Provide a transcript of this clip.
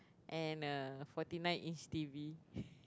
and a Forty Nine inch T_V